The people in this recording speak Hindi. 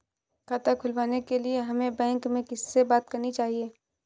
खाता खुलवाने के लिए हमें बैंक में किससे बात करनी चाहिए?